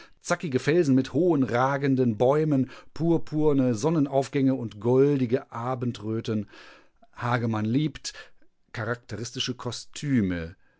zackige felsen mit hohen ragenden bäumen purpurne sonnenaufgänge und goldige abendröten hagemann liebt charakteristische kostüme